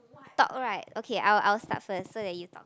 talk right okay I'll I'll start first so that you talk